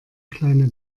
kleine